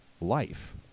life